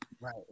Right